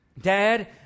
Dad